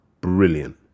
Brilliant